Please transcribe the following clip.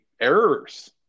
errors